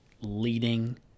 leading